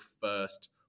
first